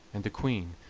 and the queen,